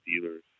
dealers